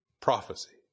prophecy